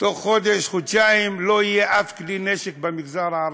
בתוך חודש-חודשיים לא יהיה שום כלי נשק במגזר הערבי.